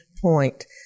point